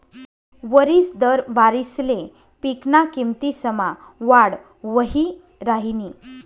वरिस दर वारिसले पिकना किमतीसमा वाढ वही राहिनी